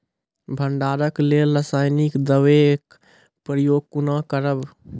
भंडारणक लेल रासायनिक दवेक प्रयोग कुना करव?